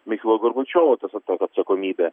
michailo gorbačiovo tas va ta atsakomybė